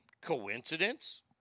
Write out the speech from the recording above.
Coincidence